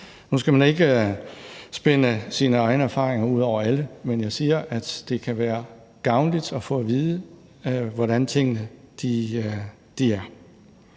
Nu skal man ikke spænde sine egne erfaringer ud over alle, men det, jeg siger, er, at det kan være gavnligt at få at vide, hvordan tingene er.